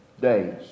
days